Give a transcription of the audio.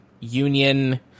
union